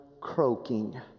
croaking